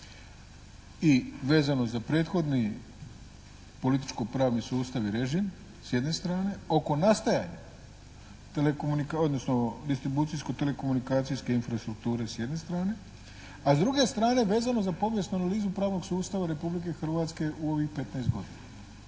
i vezano za prethodni političko-pravni sustav i režim s jedne strane oko nastajanja teleko, odnosno distribucijsko-telekomunikacijske infrastrukture s jedne strane, a s druge strane vezano za povijesnu analizu pravnog sustava Republike Hrvatske u ovih 15 godina.